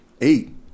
eight